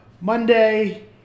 Monday